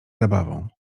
zabawą